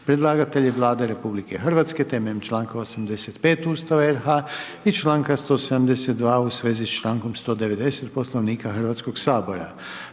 Predlagatelj je Vlada Republike Hrvatske temeljem članka 85. Ustava RH i članka 172. u svezi s člankom 190. Poslovnika Hrvatskog sabora.